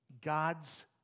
God's